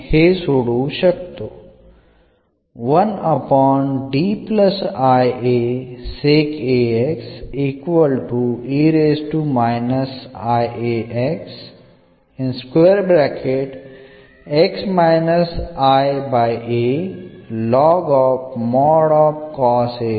So this is just the simplification of what we got here this